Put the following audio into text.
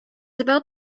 about